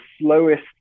slowest